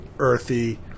Earthy